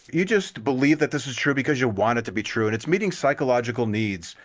you just believe that this is true because you want it to be true, and it's meeting psychological needs!